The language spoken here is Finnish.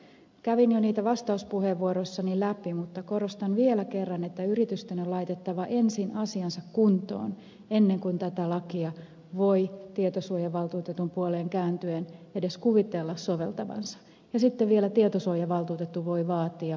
kävin jo niitä tarpeita vastauspuheenvuoroissani läpi mutta korostan vielä kerran että yritysten on laitettava ensin asiansa kuntoon ennen kuin tätä lakia voi tietosuojavaltuutetun puoleen kääntyen edes kuvitella soveltavansa ja sitten vielä tietosuojavaltuutettu voi vaatia lisää